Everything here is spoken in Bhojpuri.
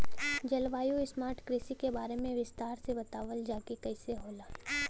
जलवायु स्मार्ट कृषि के बारे में विस्तार से बतावल जाकि कइसे होला?